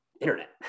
internet